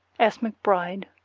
s. mcbride.